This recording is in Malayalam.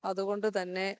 അതുകൊണ്ടുതന്നെ